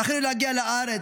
זכינו להגיע לארץ,